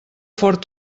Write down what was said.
fort